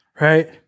right